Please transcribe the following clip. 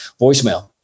voicemail